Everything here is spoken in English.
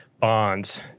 bonds